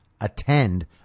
attend